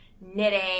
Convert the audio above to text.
knitting